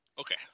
Okay